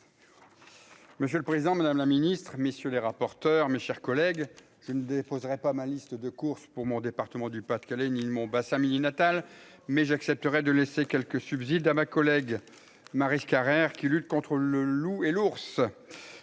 Monsieur le Président, Madame la Ministre, messieurs les rapporteurs, mes chers collègues, je ne déposerai pas ma liste de courses pour mon département du Pas-de-Calais mon bassin minier natal mais j'accepterais de laisser quelques subsides à ma collègue Maryse Carrère qui luttent contre le loup et l'ours,